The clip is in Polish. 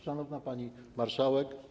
Szanowna Pani Marszałek!